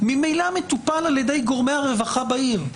ממילא מטופל על ידי גורמי הרווחה בעיר,